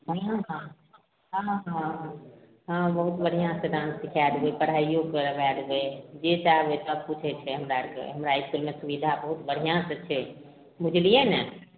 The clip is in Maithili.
हँ हँ हँ हँ हँ बहुत बढ़िआँसे डान्स सिखै देबै पढ़ाइओ करबै देबै जे चाहबै सबकिछु छै होइ छै हमरा आओरके हमरा इसकुलमे सुविधा बहुत बढ़िआँसे छै बुझलिए ने